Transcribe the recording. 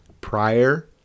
prior